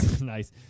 nice